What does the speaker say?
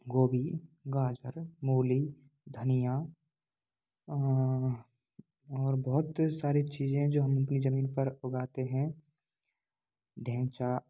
गोभी गाजर मूली धनियाँ और बहुत सारी चीज़ें जो हम अपनी ज़मीन पर उगाते हैं ढेंचा